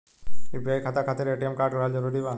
UPI खाता खातिर ATM card रहल जरूरी बा?